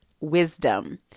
wisdom